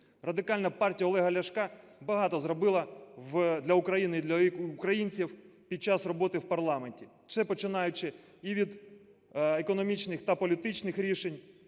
Радикальна партія Олега Ляшка багато зробила для України і для українців під час роботи в парламенті. Це починаючи і від економічних та політичних рішень,